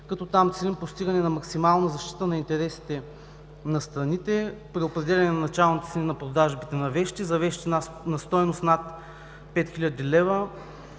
като там целим постигане на максимална защита на интересите на страните, при определяне на началните цени на продажбите на вещи, за вещи на стойност над 5 хил.